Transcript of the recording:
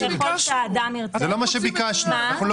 זה לא מה שביקשנו.